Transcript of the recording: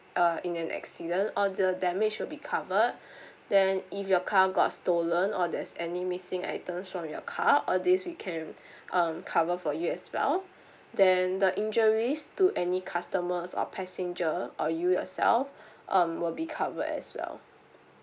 uh in an accident all the damage will be covered then if your car got stolen or there's any missing items from your car all these we can um cover for you as well then the injuries to any customers or passenger or you yourself um will be covered as well